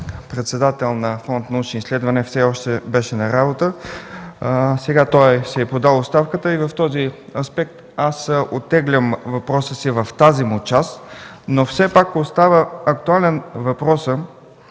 председател на Фонд „Научни изследвания” все още беше на работа. Сега той си е подал оставката и в този аспект оттеглям въпроса си в тази му част. Все пак остава актуален въпросът: